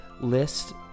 list